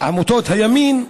עמותות הימין,